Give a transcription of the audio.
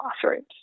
classrooms